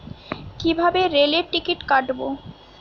কিভাবে রেলের টিকিট কাটব?